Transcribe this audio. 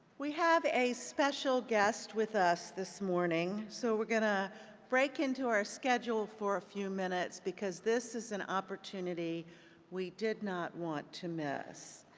we have a special guest with us this morning, so we're going to break into our schedule for a few minute, because this is an opportunity we did not want to miss.